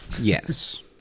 Yes